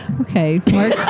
Okay